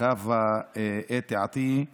חוה אתי עטייה